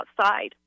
outside